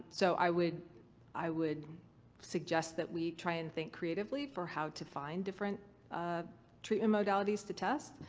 so i would i would suggest that we try and think creatively for how to find different treatment modalities to test,